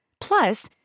Plus